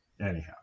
Anyhow